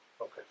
Okay